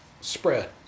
spread